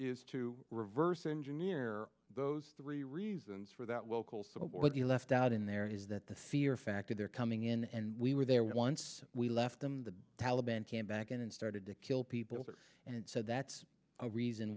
is to reverse engineer those three reasons for that local so what you left out in there is that the fear factor they're coming in and we were there once we left them the taliban can back in and started to kill people and so that's a reason